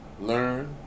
learn